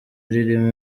ririmo